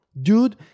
dude